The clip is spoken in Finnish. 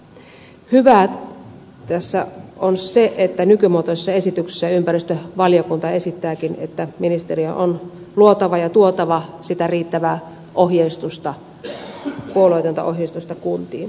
hyvää tässä on se että nykymuotoisen esityksen pohjalta ympäristövaliokunta esittääkin että ministeriön on luotava ja tuotava sitä riittävää ohjeistusta puolueetonta ohjeistusta kuntiin